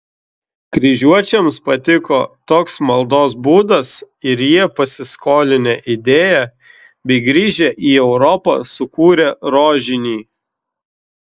kryžiuočiams patiko toks maldos būdas ir jie pasiskolinę idėją bei grįžę į europą sukūrė rožinį